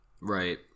Right